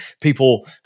people